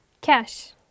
Cash